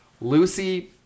Lucy